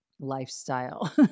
lifestyle